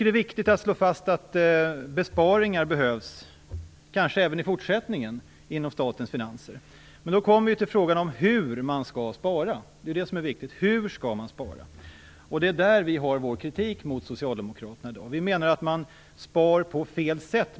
Det är viktigt att slå fast att det kanske även i fortsättningen behövs besparingar inom statens finanser. Men hur skall man då spara? Det är där vi riktar kritik mot Socialdemokraterna i dag. Vi menar att man sparar på fel sätt.